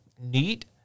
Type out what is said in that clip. neat